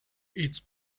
it’s